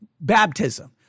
Baptism